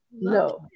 No